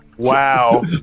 wow